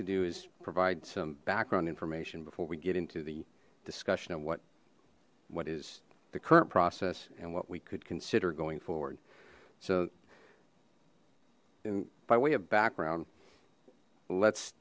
to do is provide some background information before we get into the discussion of what what is the current process and what we could consider going forward so and by way of background let's